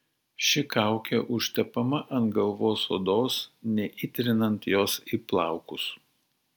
ši kaukė užtepama ant galvos odos neįtrinant jos į plaukus